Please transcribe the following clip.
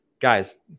guys